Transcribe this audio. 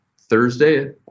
Thursday